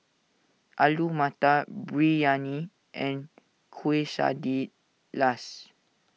Alu Matar Biryani and Quesadillas